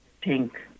pink